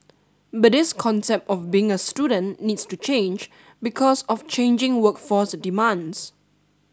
but this concept of being a student needs to change because of changing workforce demands